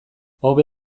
hobe